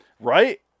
Right